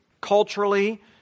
culturally